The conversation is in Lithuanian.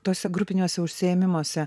tuose grupiniuose užsiėmimuose